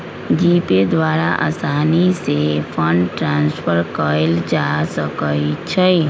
GPay द्वारा असानी से फंड ट्रांसफर कयल जा सकइ छइ